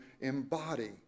embody